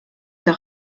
der